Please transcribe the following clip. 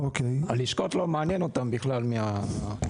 הלשכות לא מעניין אותם בכלל מהחולים.